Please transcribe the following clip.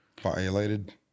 violated